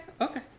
okay